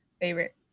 favorite